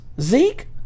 Zeke